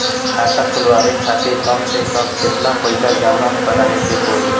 खाता खुलवाये खातिर कम से कम केतना पईसा जमा काराये के पड़ी?